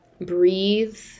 breathe